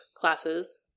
classes